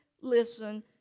listen